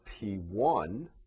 P1